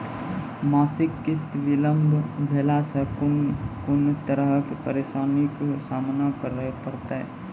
मासिक किस्त बिलम्ब भेलासॅ कून कून तरहक परेशानीक सामना करे परतै?